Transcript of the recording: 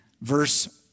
verse